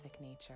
nature